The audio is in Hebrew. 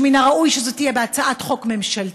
שמן הראוי שזה יהיה בהצעת חוק ממשלתית,